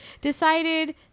decided